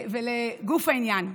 לגוף העניין,